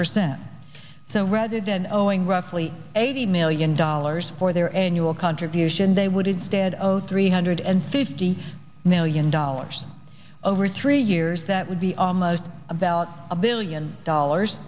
percent so rather than owing roughly eighty million dollars for their annual contribution they would instead of three hundred and fifty million dollars over three years that would be almost about a billion dollars